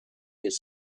his